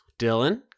Dylan